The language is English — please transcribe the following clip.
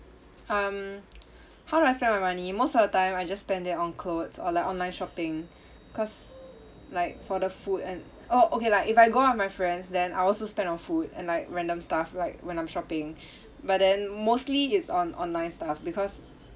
um how do I spend my money most of the time I just spend them on clothes or like online shopping cause like for the food and oh okay lah if I go out with my friends then I also spend on food and like random stuff like when I'm shopping but then mostly is on online stuff because